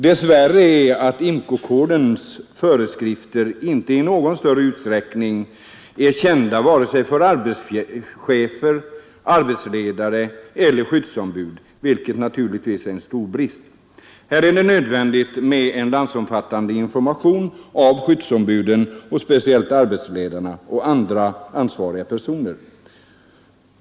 Dess värre är IMCO-codens föreskrifter inte i någon större utsträckning kända av vare sig arbetschefer, arbetsledare eller skyddsombud, vilket naturligtvis är en stor brist. Här är det nödvändigt med en landsomfattande information till skyddsombuden och speciellt till arbetsledarna och andra ansvariga personer.